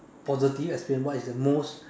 positive experience what is the most